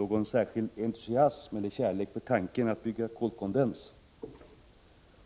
någon särskild entusiasm eller kärlek för tanken på att bygga kolkondensverk — det uttrycktes också av dem som var före mig här i talarstolen.